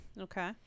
okay